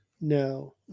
No